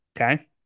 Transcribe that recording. Okay